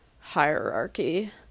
hierarchy